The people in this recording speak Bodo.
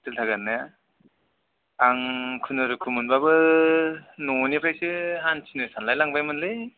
हसटेल थागोन ने आं खुनुरुम मोनब्लाबो न'निफ्राइसो हान्थिनो सानलाय लांबामोनलै